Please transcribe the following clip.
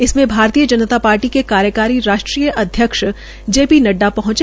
इसमें भारतीय जनता पार्टी के कार्यकारी राष्ट्रीय अध्यक्ष जे पी नड्डा पहंचे